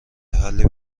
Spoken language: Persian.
حلی